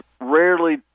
rarely